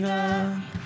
up